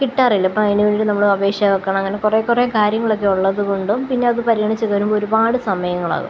കിട്ടാറില്ല അപ്പം അതിനുവേണ്ടി നമ്മള് അപേക്ഷ വയ്ക്കണം അങ്ങനെ കുറേ കുറേ കാര്യങ്ങളൊക്കെ ഉള്ളതുകൊണ്ടും പിന്നെ അത് പരിഗണിച്ച് വരുമ്പം ഒരുപാട് സമയങ്ങളാകും